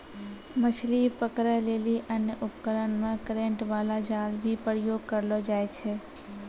मछली पकड़ै लेली अन्य उपकरण मे करेन्ट बाला जाल भी प्रयोग करलो जाय छै